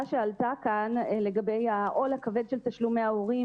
שעלתה כאן לגבי העול הכבד של תשלומי ההורים,